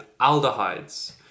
aldehydes